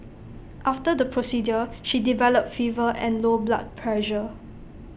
after the procedure she developed fever and low blood pressure